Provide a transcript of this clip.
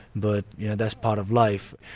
but you know that's part of life.